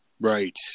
Right